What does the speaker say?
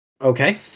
Okay